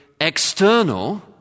external